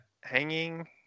hanging